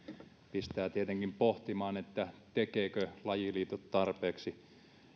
pistää tietenkin pohtimaan tekevätkö lajiliitot tarpeeksi